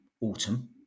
autumn